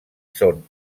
són